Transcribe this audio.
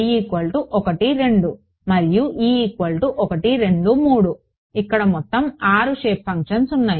i 12 మరియు e 123 ఇక్కడ మొత్తం 6 షేప్ ఫంక్షన్స్ ఉన్నాయి